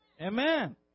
Amen